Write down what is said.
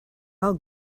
all